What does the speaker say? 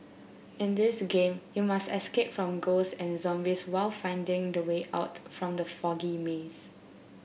in this game you must escape from ghost and zombies while finding the way out from the foggy maze